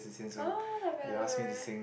oh not bad not bad